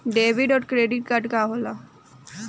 Debit और credit card का होला?